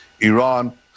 Iran